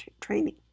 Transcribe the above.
training